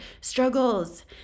struggles